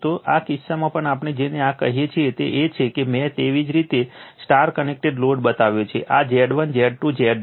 તો આ કિસ્સામાં પણ આપણે જેને આ કહીએ છીએ તે એ છે કે મેં તેવી જ રીતે મેં Y કનેક્ટેડ લોડ બનાવ્યો છે આ Z1 Z2 Z 3 છે